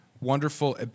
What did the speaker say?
wonderful